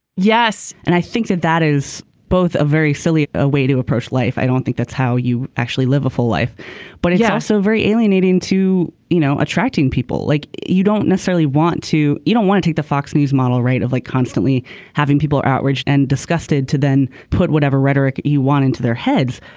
yes. and i think that that is both a very silly ah way to approach life. i don't think that's how you actually live a full life but yeah. so very alienating to you know attracting people like you don't necessarily want to you don't want to take the fox news model right off like constantly having people outraged and disgusted to then put whatever rhetoric you want into their heads.